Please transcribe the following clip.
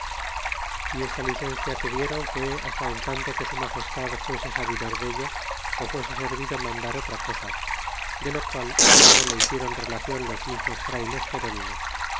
y esta licencia que dieron fué hasta en tanto que su magestad fuese sabidor dello fuese servido mandar otra cosa de lo qual luego le hicieron relacion los mismos frayles ge